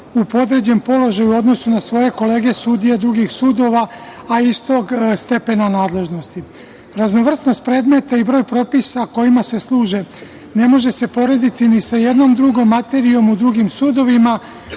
u podređen položaj u odnosu na svoje kolege sudije drugih sudova, a istog stepena nadležnosti. Raznovrsnost predmeta i broj propisa kojima se služe ne može se porediti ni sa jednom drugom materijom u drugim sudovima,